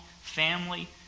family